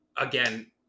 Again